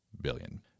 billion